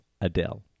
Adele